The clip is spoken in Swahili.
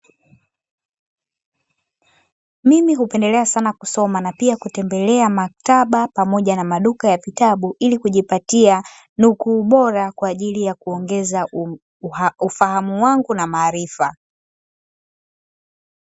Mimi hupendelea sana kusoma na pia kutembelea, maktaba pamoja na maduka ya vitabu, ili nukuu bora kwa ajili ya kuongeza ufahamu wangu na maarifa.